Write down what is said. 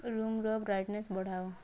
ରୁମ୍ର ବ୍ରାଇଟ୍ନେସ୍ ବଢ଼ାଅ